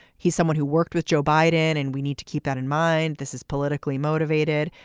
he's someone who worked with joe biden and we need to keep that in mind. this is politically motivated.